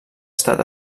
estat